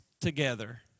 together